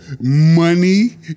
money